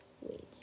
Wait